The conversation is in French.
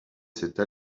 cette